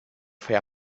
fair